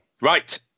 right